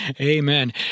Amen